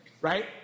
Right